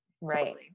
right